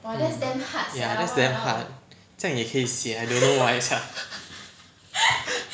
mm ya that's damn hard 这样也可以写 I don't know why sia